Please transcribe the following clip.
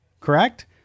correct